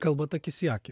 kalbant akis į akį